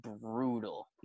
brutal